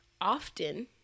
Often